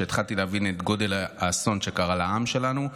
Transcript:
כשהתחלתי להבין את גודל האסון שקרה לעם שלנו,